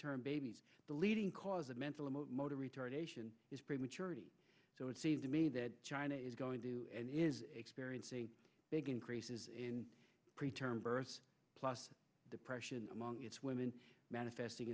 term babies the leading cause of mental emotive retardation is prematurity so it seems to me that china is going to do and is experiencing big increases in pre term birth plus depression among its women manifesting